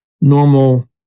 normal